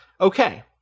Okay